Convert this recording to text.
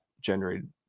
generated